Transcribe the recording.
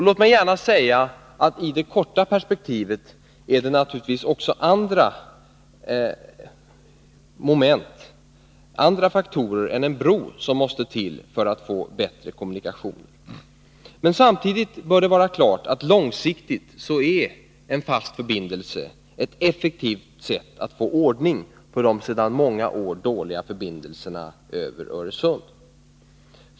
Låt mig gärna säga att i det korta perspektivet är det naturligtvis också andra faktorer än en bro som måste till för att vi skall få bättre kommunikationer. Men samtidigt bör det vara klart att långsiktigt är en fast förbindelse ett effektivt sätt att få ordning på de sedan många år dåliga kommunikationerna över Öresund.